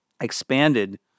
expanded